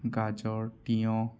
গাজৰ তিয়ঁহ